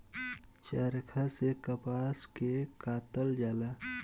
चरखा से कपास के कातल जाला